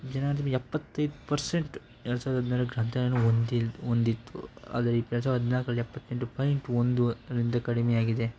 ದಿನದಲ್ಲಿ ಎಪ್ಪತ್ತೈದು ಪರ್ಸೆಂಟ್ ಎರಡು ಸಾವ್ರ್ದ ಹದಿನೇಳರಲ್ಲಿ ಗ್ರಂಥಾಲಯವನ್ನು ಹೊಂದಿಲ್ದ ಹೊಂದಿತ್ತು ಆದರೆ ಈ ಎರಡು ಸಾವ್ರ್ದ ಹದ್ನಾಲ್ಕರಲ್ಲಿ ಎಪ್ಪತ್ತೆಂಟು ಪಾಯಿಂಟ್ ಒಂದು ಅದರಿಂದ ಕಡಿಮೆಯಾಗಿದೆ